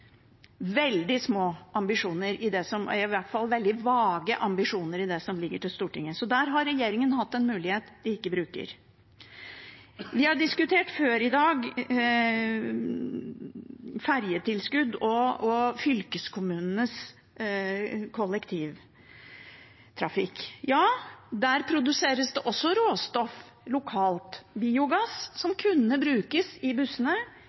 veldig små – i hvert fall veldig vage – ambisjoner i det som ligger i Stortinget, så der har regjeringen hatt en mulighet de ikke bruker. Vi har før i dag diskutert ferjetilskudd og fylkeskommunenes kollektivtrafikk. Ja, det produseres også råstoff lokalt, biogass som kunne blitt brukt i bussene,